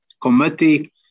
committee